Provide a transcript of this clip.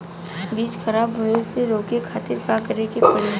बीज खराब होए से रोके खातिर का करे के पड़ी?